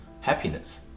happiness